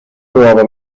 nuova